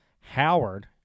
Howard